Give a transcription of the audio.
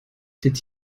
did